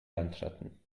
landratten